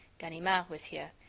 ganimard was here!